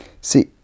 See